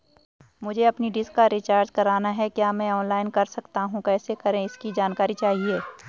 मुझे अपनी डिश का रिचार्ज करना है क्या मैं ऑनलाइन कर सकता हूँ कैसे करें इसकी जानकारी चाहिए?